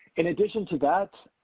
in addition to that,